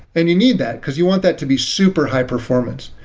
and you need that, because you want that to be super high-performance.